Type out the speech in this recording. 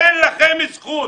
אין לכם זכות.